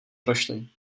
prošli